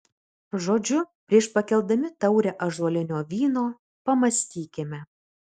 žodžiu prieš pakeldami taurę ąžuolinio vyno pamąstykime